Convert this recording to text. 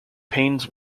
pains